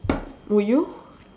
would you